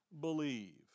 believe